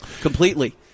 completely